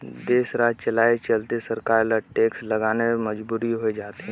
देस, राज चलाए चलते सरकार ल टेक्स लगाना मजबुरी होय जाथे